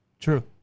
True